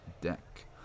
deck